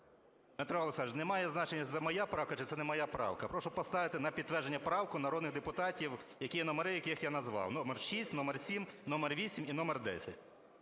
Дмитро Олександрович, немає значення, це моя правка чи це не моя правка. Прошу поставити на підтвердження правку народних депутатів, номери яких я назвав: номер 6, номер 7, номер 8 і номер 10.